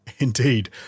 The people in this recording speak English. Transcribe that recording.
Indeed